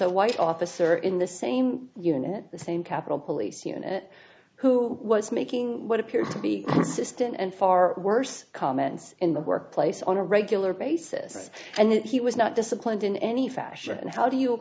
a white officer in the same unit the same capitol police unit who was making what appear to be consistent and far worse comments in the workplace on a regular basis and he was not disciplined in any fashion and how do you